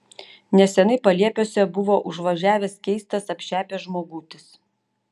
neseniai paliepiuose buvo užvažiavęs keistas apšepęs žmogutis